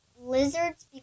Lizards